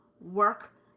work